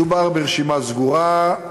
מדובר ברשימה סגורה,